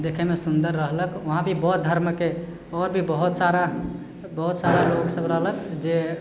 देखैमे सुन्दर रहलक वहाँ भी बहुत धर्मके आओर भी बहुत सारा बहुत सारा लोक सब रहलक जे